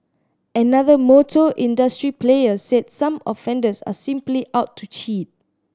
another motor industry player said some offenders are simply out to cheat